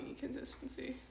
consistency